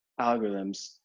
algorithms